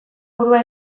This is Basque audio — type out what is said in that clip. burua